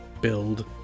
build